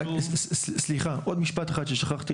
עוד משפט אחד ששכחתי,